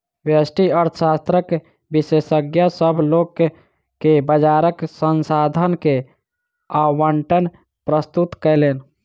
व्यष्टि अर्थशास्त्रक विशेषज्ञ, सभ लोक के बजारक संसाधन के आवंटन प्रस्तुत कयलैन